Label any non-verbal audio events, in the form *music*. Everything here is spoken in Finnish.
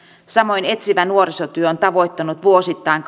samoin etsivä nuorisotyö on tavoittanut vuosittain *unintelligible*